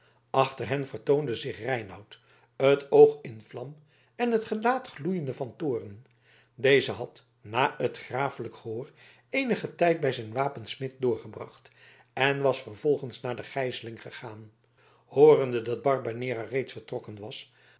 achter hen vertoonde zich reinout het oog in vlam en het gelaat gloeiende van toorn deze had na het grafelijk gehoor eenigen tijd bij zijn wapensmid doorgebracht en was vervolgens naar de gijzeling gegaan hoorende dat barbanera reeds vertrokken was